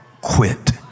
quit